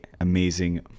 amazing